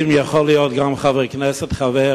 האם יכול להיות גם חבר כנסת חבר